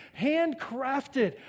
handcrafted